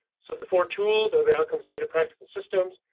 so the four tools or the outcomes data practical systems.